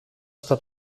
στα